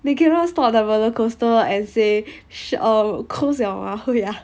they cannot stop the roller coaster and say shh or close your mouth ya